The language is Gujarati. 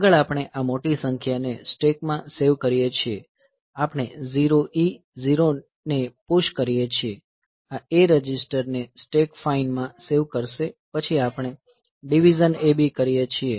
આગળ આપણે આ મોટી સંખ્યાને સ્ટેક માં સેવ કરીએ છીએ આપણે 0E0H ને પુશ કરીએ છીએ આ A રજિસ્ટર ને સ્ટેક ફાઈન માં સેવ કરશે પછી આપણે DIV AB કરીએ છીએ